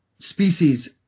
species